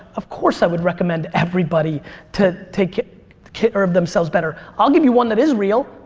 of course i would recommend everybody to take care of themselves better. i'll give you one that is real.